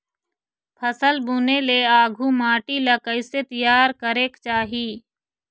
फसल बुने ले आघु माटी ला कइसे तियार करेक चाही?